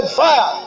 fire